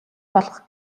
болгох